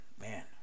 man